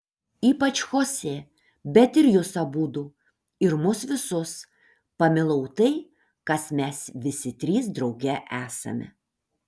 ypač chosė bet ir jus abudu ir mus visus pamilau tai kas mes visi trys drauge esame